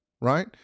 right